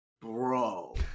bro